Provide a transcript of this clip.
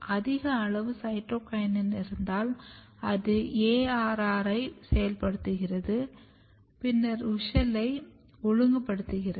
அதிக அளவு சைட்டோகினின் இருந்தால் அது ARR ஐ செயல்படுத்துகிறது பின்னர் WUSCHEL ஐ ஒழுங்குபடுத்துகிறது